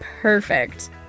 perfect